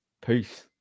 Peace